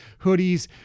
hoodies